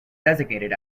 designated